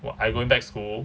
what I going back school